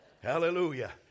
Hallelujah